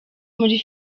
muri